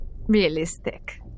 realistic